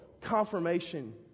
confirmation